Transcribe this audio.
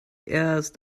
erst